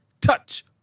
touch